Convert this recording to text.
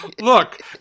Look